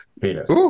penis